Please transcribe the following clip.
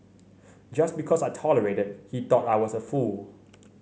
just because I tolerated he thought I was a fool